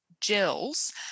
gels